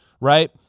Right